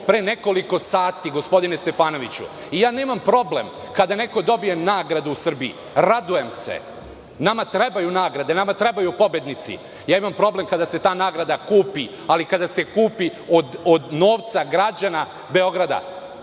pre nekoliko sati, gospodine Stefanoviću. Nemam problem kada neko dobije nagradu u Srbiji, radujem se. Nama trebaju nagrade, nama trebaju pobednici, imam problem kada se ta nagrada kupi, ali kada se kupi od novca građana Beograda,